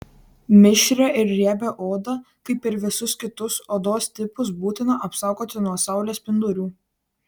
mišrią ir riebią odą kaip ir visus kitus odos tipus būtina apsaugoti nuo saulės spindulių